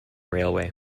railway